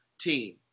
team